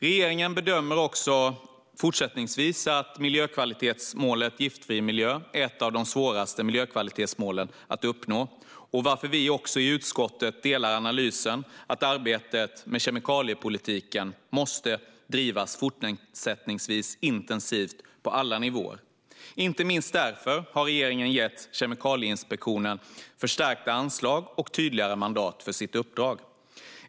Regeringen bedömer också fortsättningsvis att miljökvalitetsmålet Giftfri miljö är ett av de svåraste miljökvalitetsmålen att uppnå, varför vi i utskottet delar analysen att arbetet med kemikaliepolitiken fortsättningsvis måste bedrivas intensivt på alla nivåer. Inte minst därför har regeringen gett Kemikalieinspektionen förstärkta anslag och tydligare mandat för sitt uppdrag.